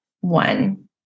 one